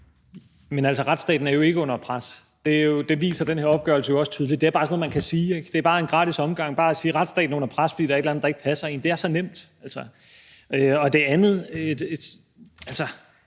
Men altså, retsstaten er jo ikke under pres. Det viser den her opgørelse jo også tydeligt. Det er bare sådan noget, man kan sige, ikke? Det er bare en gratis omgang at sige, at retsstaten er under pres, fordi der er et eller andet, der ikke passer en. Det er så nemt. Så til noget andet.